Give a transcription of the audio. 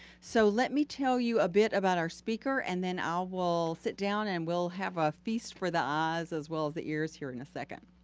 so, let me tell you a bit about our speaker and then ah we'll sit down and we'll have a feast for the eyes as well as the ears here in a second.